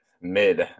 Mid